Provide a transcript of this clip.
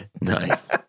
Nice